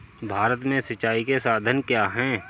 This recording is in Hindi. भारत में सिंचाई के साधन क्या है?